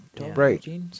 Right